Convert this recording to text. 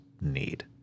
need